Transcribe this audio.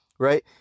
Right